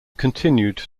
continued